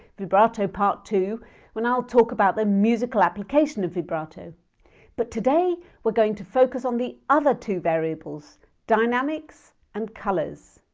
vibrato part two when i'll talk about the musical application of vibrato but today we're going to focus on the other two variables dynamics and colours